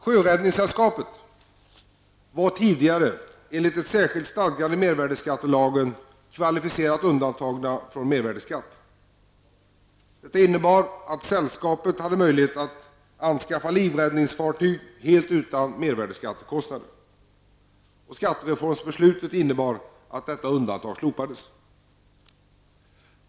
Sjöräddningssällskapet var tidigare enligt ett särskilt stadgande i mervärdeskattelagen kvalificerat undantaget från mervärdeskatt. Detta innebar att sällskapet hade möjlighet att anskaffa livräddningsfartyg helt utan mervärdeskattekostnader. Skattereformsbeslutet innebar att detta undantag slopades.